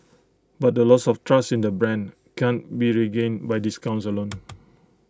but the loss of trust in the brand can't be regained by discounts alone